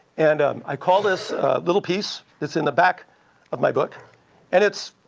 and um i call this little piece, that's in the back of my book and it's,